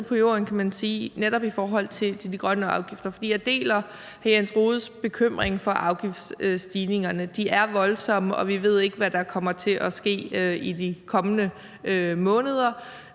på jorden, kan man sige, er netop i forhold til de grønne afgifter. For jeg deler hr. Jens Rohdes bekymring for afgiftsstigningerne. De er voldsomme, og vi ved ikke, hvad der kommer til at ske i de kommende måneder,